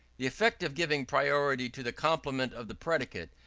the effect of giving priority to the complement of the predicate,